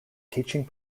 teaching